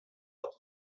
batu